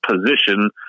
position